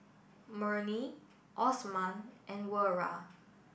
Murni Osman and Wira